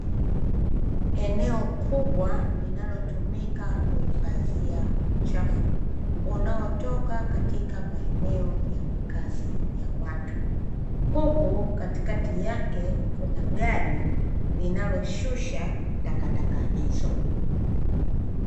Eneo kubwa linalotumika kuhifadhia uchafu unaotoka katika maeneo ya makazi ya watu, huku katikati yake kuna gari linaloshusha takataka hizo.